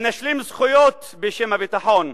מנשלים זכויות בשם הביטחון,